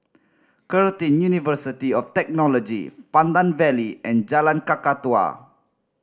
Curtin University of Technology Pandan Valley and Jalan Kakatua